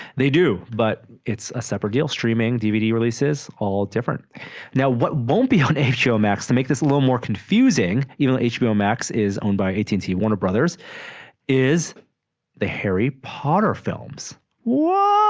they do but it's a separate deal streaming dvd releases all different now what won't be on a show max to make this a little more confusing even hbo max is owned by a teensy warner brothers is the harry potter films what